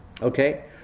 Okay